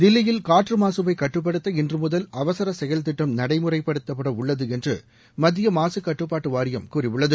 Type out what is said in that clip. தில்லியில் காற்று மாசுவை கட்டுப்படுத்த இன்றுமுதல் அவசர செயல்திட்டம் நடைமுறைப்படுத்தப்பட உள்ளது என்று மத்திய மாசுக் கட்டுப்பாட்டு வாரியம் கூறியுள்ளது